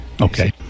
Okay